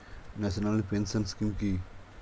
National pension scheme কি?